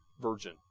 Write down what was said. virgin